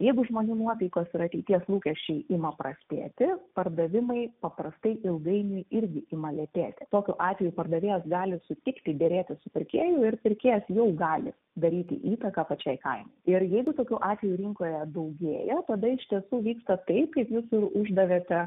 jeigu žmonių nuotaikos ir ateities lūkesčiai ima prastėti pardavimai paprastai ilgainiui irgi ima lėtėti tokiu atveju pardavėjas gali sutikti derėtis su pirkėju ir pirkėjas jau gali daryti įtaką pačiai kainai ir jeigu tokių atvejų rinkoje daugėja tada iš tiesų vyksta taip kaip jūs ir uždavėte